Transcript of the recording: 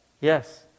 yes